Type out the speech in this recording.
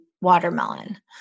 watermelon